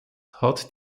hat